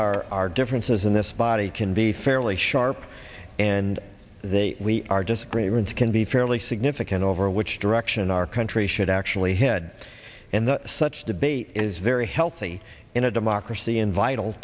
n our differences in this body can be fairly sharp and they we are disagreements can be fairly significant over which direction our country should actually head and such debate is very healthy in a democracy in vital